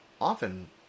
often